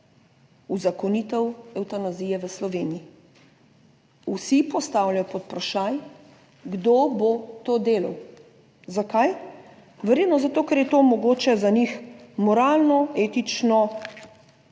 uzakonitev evtanazije v Sloveniji, vsi postavljajo pod vprašaj, kdo bo to delal. Zakaj? Verjetno zato, ker je to mogoče za njih moralno etično